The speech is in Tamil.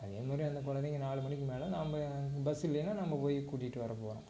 அதே மாதிரி அந்தக் கொழந்தைங்க நாலு மணிக்கு மேல் நாம் பஸ்ஸு இல்லைன்னால் நம்பி போய் கூட்டிட்டு வரப் போகிறோம்